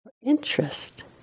interest